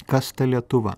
kas ta lietuva